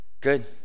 Good